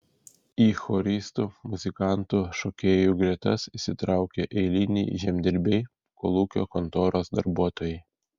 į choristų muzikantų šokėjų gretas įsitraukė eiliniai žemdirbiai kolūkio kontoros darbuotojai